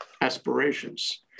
aspirations